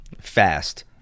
fast